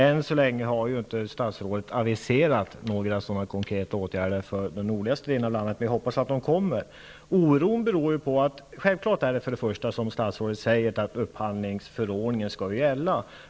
Än så länge har ju inte statsrådet aviserat några konkreta åtgärder för de nordligaste delarna av landet, men jag hoppas att det kommer att sättas in sådana åtgärder. Självfallet skall, som statsrådet sade i svaret, upphandlingsförordningen gälla.